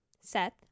seth